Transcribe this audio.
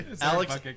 Alex